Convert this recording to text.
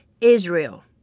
Israel